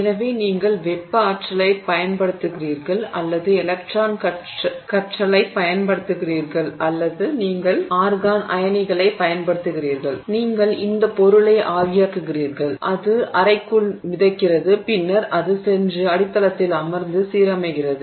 எனவே நீங்கள் வெப்ப ஆற்றலைப் பயன்படுத்துகிறீர்கள் அல்லது எலக்ட்ரான் கற்றையைப் பயன்படுத்துகிறீர்கள் அல்லது நீங்கள் ஆர்கான் அயனிகளைப் பயன்படுத்துகிறீர்கள் நீங்கள் இந்த பொருளை ஆவியாக்குகிறீர்கள் அது கலன் அறைக்குள் மிதக்கிறது பின்னர் அது சென்று அடித்தளத்தில் அமர்ந்து சீரமைகிறது